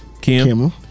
Kim